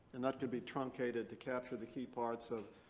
and that could be truncated to capture the key parts of,